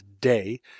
day